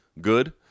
Good